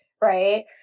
right